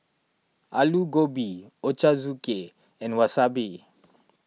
Alu Gobi Ochazuke and Wasabi